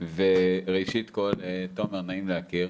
ראשית כל, תומר, נעים להכיר,